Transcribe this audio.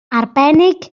arbennig